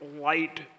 light